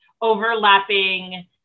overlapping